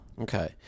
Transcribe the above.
Okay